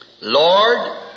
Lord